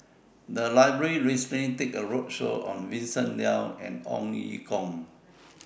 The Library recently did A roadshow on Vincent Leow and Ong Ye Kung